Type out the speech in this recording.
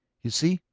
you see,